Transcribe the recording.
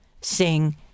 Sing